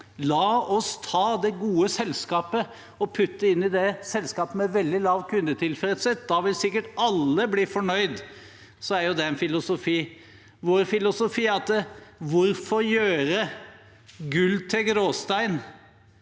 La oss ta det gode selskapet og putte det inn i selskapet med veldig lav kundetilfredshet, og da vil sikkert alle bli fornøyde – så er jo det én filosofi. Vår filosofi er: Hvorfor gjøre gull til gråstein?